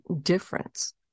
difference